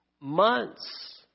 months